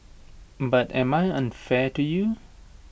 but am I unfair to you